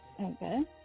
Okay